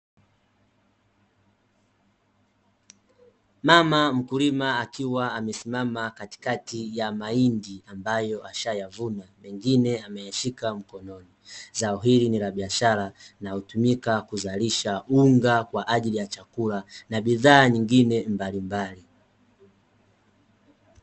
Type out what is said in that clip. Mama mkulima akiwa amesimama katikati ya mahindi ambayo ashayavuna mengine ameyashika mkononi, zao hili ni la biashara na hutumika kuzalisha unga kwa ajili ya chakula na bidhaa nyingine mbalimbali.